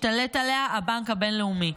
ישתלט עליה הבנק הבינלאומי.